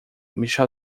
michel